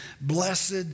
blessed